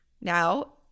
Now